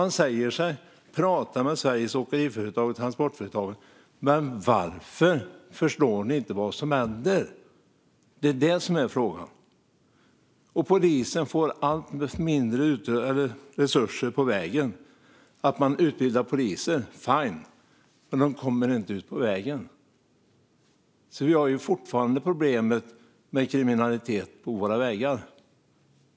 Ni säger att ni pratar med Sveriges Åkeriföretag och Transportföretagen, men varför förstår ni inte vad som händer? Det är frågan. Polisen får allt mindre resurser till vägen. Man utbildar poliser. Fine. Men de kommer inte ut på vägen. Vi har därför fortfarande problem med kriminaliteten på vägarna.